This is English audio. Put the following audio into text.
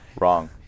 Wrong